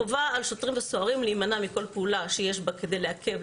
חובה על שוטרים וסוהרים להימנע מכל פעולה שיש בה כדי לעכב,